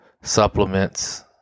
supplements